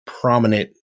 prominent